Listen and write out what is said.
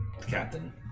captain